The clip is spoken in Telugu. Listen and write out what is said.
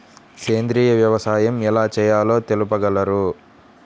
సేంద్రీయ వ్యవసాయం ఎలా చేయాలో తెలుపగలరు?